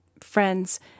friends